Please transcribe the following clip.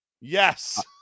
Yes